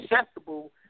accessible